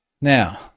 Now